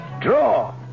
Draw